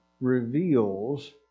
reveals